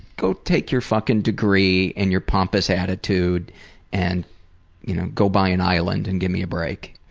go take your fucking degree and your pompous attitude and you know go buy an island and give me a break.